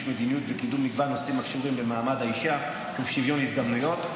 מדיניות וקידום מגוון נושאים הקשורים במעמד האישה ובשוויון הזדמנויות.